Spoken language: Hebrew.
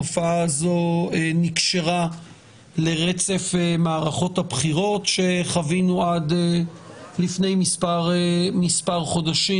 התופעה הזו נקשרה לרצף מערכות הבחירות שחווינו עד לפני מספר חודשים.